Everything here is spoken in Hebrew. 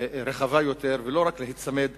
רחבה יותר, לא רק להיצמד,